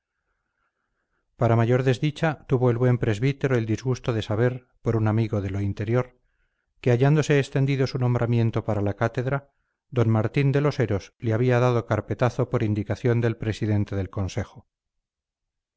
para mayor desdicha tuvo el buen presbítero el disgusto de saber por un amigo de lo interior que hallándose extendido su nombramiento para la cátedra don martín de los heros le había dado carpetazo por indicación del presidente del consejo